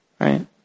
right